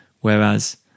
whereas